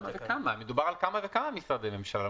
מדובר על כמה וכמה משרדי ממשלה.